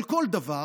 על כל דבר,